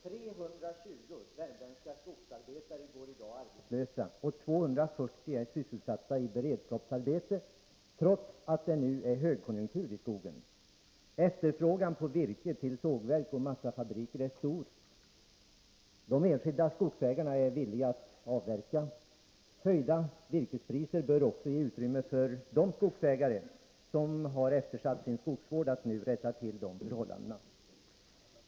Fru talman! I dag går 320 värmländska skogsarbetare arbetslösa och 240 är sysselsatta i beredskapsarbete, trots att det nu är högkonjunktur i skogen. Efterfrågan på virke till både sågverk och massafabriker är stor. De enskilda skogsägarna är villiga att avverka. Höjda virkespriser bör också ge utrymme för de skogsägare som eftersatt skogsvården att rätta till det förhållandet.